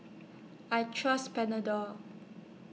I Trust Panadol